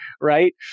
Right